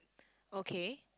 okay